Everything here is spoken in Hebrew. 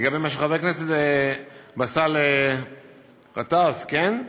לגבי מה שחבר הכנסת באסָל גטאס, כן?